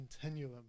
continuum